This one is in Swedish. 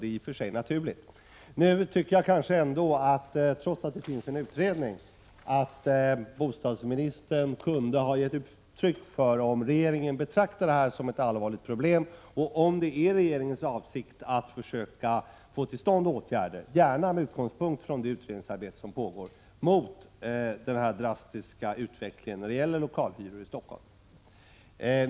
Det är i och för sig naturligt, men jag tycker ändå att bostadsministern, trots den pågående utredningen, kunde ha gett uttryck för om regeringen betraktar den drastiska utvecklingen då det gäller lokalhyror i Stockholm som ett allvarligt problem och om det är regeringens avsikt att försöka få till stånd åtgärder, mot denna utveckling, gärna med utgångspunkt idet utredningsarbete som pågår.